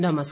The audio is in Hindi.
नमस्कार